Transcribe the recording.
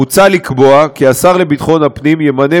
מוצע לקבוע כי השר לביטחון הפנים ימנה